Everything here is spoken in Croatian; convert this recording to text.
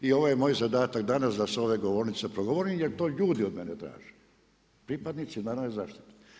I ovo je moj zadatak danas da s ove govornice progovorim jer to ljudi od mene to traže, pripadnici narodne zaštite.